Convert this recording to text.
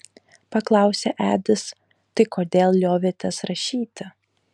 paklausė edis tai kodėl liovėtės rašyti